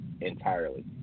entirely